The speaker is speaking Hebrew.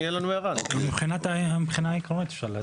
מבחינה עקרונית אפשר להציג.